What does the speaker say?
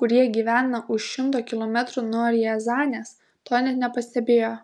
kurie gyvena už šimto kilometrų nuo riazanės to net nepastebėjo